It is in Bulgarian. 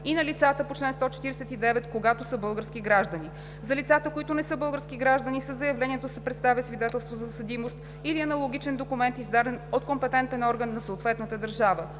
и на лицата по чл. 149, когато са български граждани. За лицата, които не са български граждани, със заявлението се представя свидетелство за съдимост или аналогичен документ, издаден от компетентен орган на съответната държава.